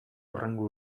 hurrengo